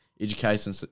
education